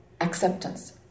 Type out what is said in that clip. acceptance